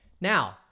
now